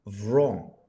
wrong